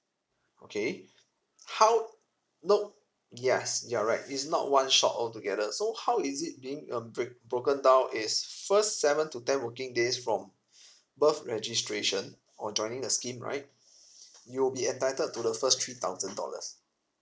okay how note yes you're right it's not one shot altogether so how is it being uh break broken down is first seven to ten working days from birth registration or joining the scheme right you'll be entitled to the first three thousand dollars